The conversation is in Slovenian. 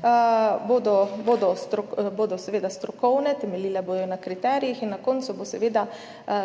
bodo seveda strokovne, temeljile bodo na kriterijih in na koncu bo seveda